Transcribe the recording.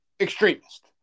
extremist